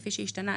כפי שהשתנה,